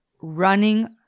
running